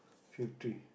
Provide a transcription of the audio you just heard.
fifty